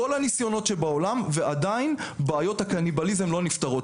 כל הניסיונות שבעולם ועדיין בעיות הקניבליזם לא נפתרות,